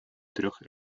трех